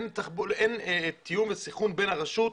אין תיאום וסנכרון בין הרשות,